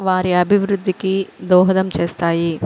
వారి అభివృద్ధికి దోహదం చేస్తాయి